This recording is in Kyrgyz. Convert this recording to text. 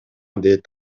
дейт